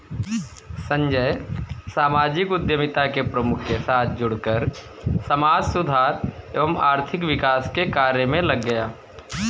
संजय सामाजिक उद्यमिता के प्रमुख के साथ जुड़कर समाज सुधार एवं आर्थिक विकास के कार्य मे लग गया